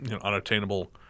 unattainable